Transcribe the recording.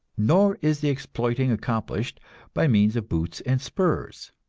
nor is the exploiting accomplished by means of boots and spurs.